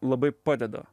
labai padeda